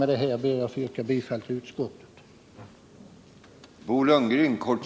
Med det här ber jag att få yrka bifall till utskottets hemställan.